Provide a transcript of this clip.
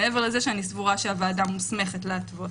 מעבר לזה שאני סבורה שהוועדה מוסמכת להתוות.